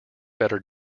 better